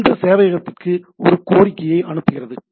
இது சேவையகத்திற்கு ஒரு கோரிக்கையை அனுப்புகிறது